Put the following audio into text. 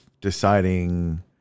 deciding